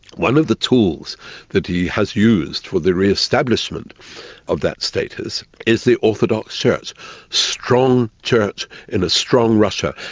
one of the tools that he has used for the re-establishment of that status is the orthodox church strong church in a strong russia.